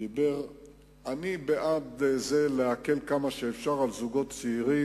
אני בעד להקל כמה שאפשר על זוגות צעירים